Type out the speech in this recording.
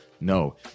No